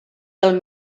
del